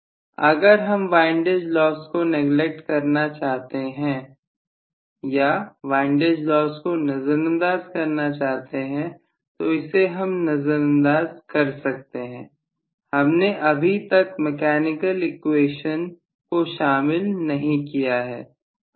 professor अगर हम windage loss को नेगलेक्ट करना चाहते हैं तो इसे हम नजरअंदाज कर सकते हैं हमने अभी तक मैकेनिकल इक्वेशंस को शामिल नहीं किया है